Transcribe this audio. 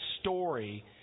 story